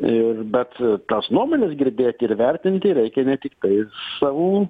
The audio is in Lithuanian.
ir bet tas nuomones girdėti ir vertinti reikia ne tiktai savų